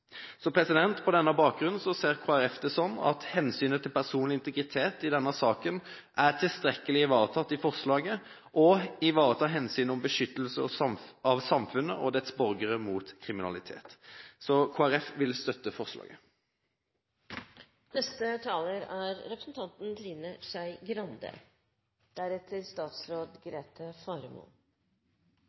På denne bakgrunn ser Kristelig Folkeparti det sånn at hensynet til personlig integritet i denne saken er tilstrekkelig ivaretatt i forslaget, og det ivaretar hensynet til beskyttelse av samfunnet og dets borgere mot kriminalitet. Så Kristelig Folkeparti vil støtte